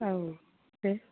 औ दे